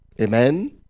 Amen